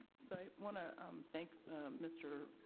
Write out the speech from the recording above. so want to um thank mr.